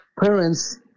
parents